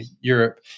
Europe